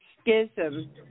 schism